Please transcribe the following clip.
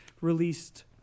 released